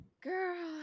girl